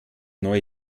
neue